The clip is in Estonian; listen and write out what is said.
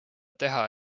teha